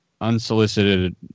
unsolicited